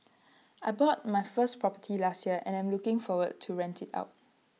I bought my first property last year and I am looking to rent IT out